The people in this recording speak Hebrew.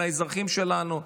על האזרחים שלנו.